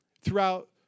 throughout